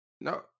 No